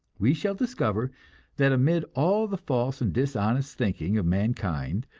we shall discover that amid all the false and dishonest thinking of mankind,